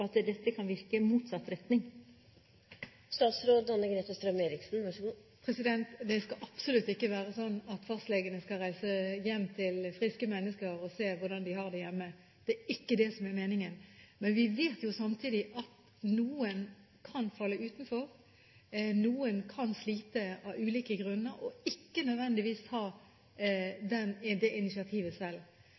at dette kan virke i motsatt retning? Det skal absolutt ikke være sånn at fastlegene skal reise hjem til friske mennesker og se hvordan de har det hjemme. Det er ikke det som er meningen. Men vi vet samtidig at noen kan falle utenfor, noen kan slite av ulike grunner og ikke nødvendigvis ta initiativ selv. Da er det